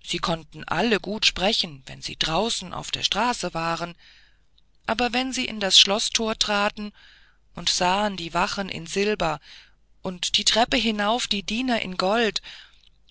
sie konnten alle gut sprechen wenn sie draußen auf der straße waren aber wenn sie in das schloßthor traten und sahen die wachen in silber und die treppen hinauf die diener in gold